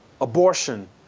abortion